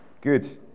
Good